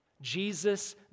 Jesus